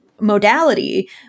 modality